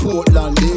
Portland